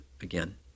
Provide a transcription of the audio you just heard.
again